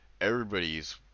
everybody's